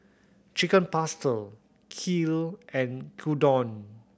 Chicken Pasta Kheer and Gyudon